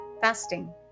fasting